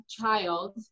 child